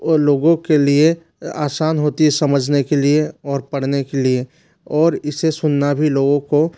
ओ लोगों के लिए आसान होती है समझने के लिए और पढ़ने के लिए और इसे सुनना भी लोगों को